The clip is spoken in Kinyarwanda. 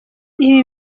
ibi